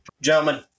gentlemen